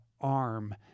arm